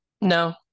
No